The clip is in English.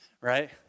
right